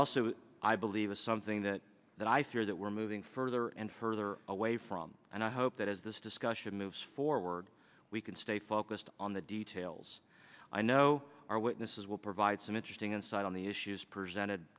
also i believe is something that that i fear that we're moving further and further away from and i hope that as this discussion moves forward we can stay focused on the details i know our witnesses will provide some interesting insight on the issues presented